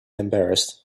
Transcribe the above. embarrassed